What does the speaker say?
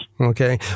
Okay